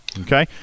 Okay